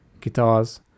guitars